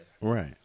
Right